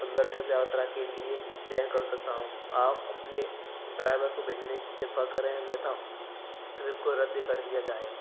मतलब ट्रिप यात्रा के लिए चयन कर सकता हूँ आप अपने ड्राइवर को भेजने की कृपा करें अन्यथा ट्रिप को रद्द कर दिया जाएगा